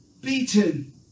beaten